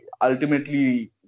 ultimately